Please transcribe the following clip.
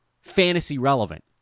fantasy-relevant